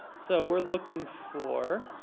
so we're looking for